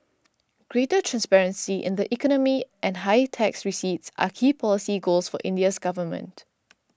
greater transparency in the economy and higher tax receipts are key policy goals for India's government